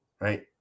right